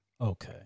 Okay